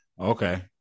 Okay